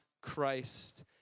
Christ